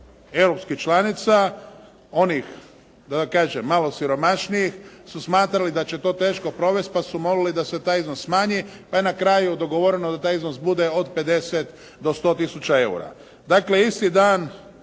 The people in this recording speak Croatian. europskih članica, oni da kažem malo siromašnijih su smatrali da će to teško provesti pa su molili da se taj iznos smanji pa je na kraju dogovoreno da taj iznos bude od 50 do 100 tisuća eura.